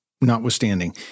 notwithstanding